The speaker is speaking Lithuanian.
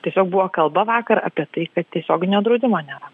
tiesiog buvo kalba vakar apie tai kad tiesioginio draudimo nėra